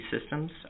systems